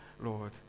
Lord